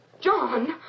John